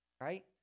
right